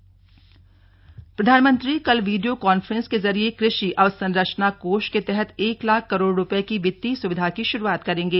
कृषि अवसंरचना कोष प्रधानमंत्री कल वीडियो कांफ्रेंस के जरिए कृषि अवसंरचना कोष के तहत एक लाख करोड़ रुपये की वित्तीय सुविधा की शुरूआत करेंगे